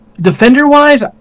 Defender-wise